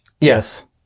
Yes